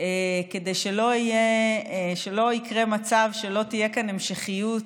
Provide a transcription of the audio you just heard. כדי שלא יקרה מצב שלא תהיה כאן המשכיות